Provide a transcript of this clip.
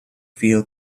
feel